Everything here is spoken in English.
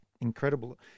incredible